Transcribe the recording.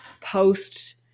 post